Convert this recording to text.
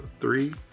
Three